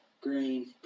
green